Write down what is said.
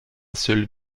seul